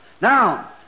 Now